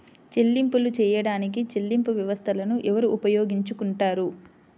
చెల్లింపులు చేయడానికి చెల్లింపు వ్యవస్థలను ఎవరు ఉపయోగించుకొంటారు?